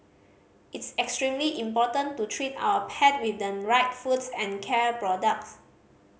it's extremely important to treat our pet with the right foods and care products